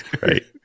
right